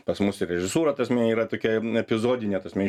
pas mus ir režisūra ta prasme yra tokia epizodinė ta prasme